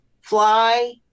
Fly